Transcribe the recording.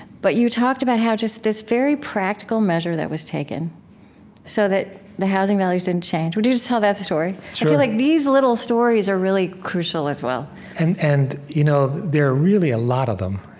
but you talked about how just this very practical measure that was taken so that the housing values didn't change. would you just tell that story? i feel like these little stories are really crucial, as well and and you know there are really a lot of them.